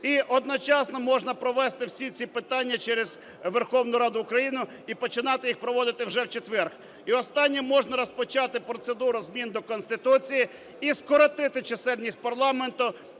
І одночасно можна провести всі ці питання через Верховну Раду України, і починати їх проводити вже в четвер. І останнє. Можна розпочати процедуру змін до Конституції і скоротити чисельність парламенту